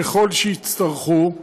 ככל שיצטרכו,